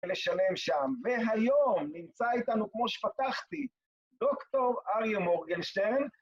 לשלם שם, והיום נמצא איתנו כמו שפתחתי, דוקטור אריה מורגנשטיין